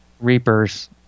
Reapers